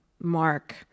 mark